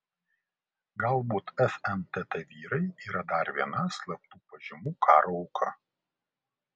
galbūt fntt vyrai yra dar viena slaptų pažymų karo auka